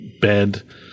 bed